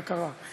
מה קרה?